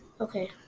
Okay